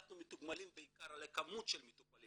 אנחנו מתוגמלים בעיקר על כמות המטופלים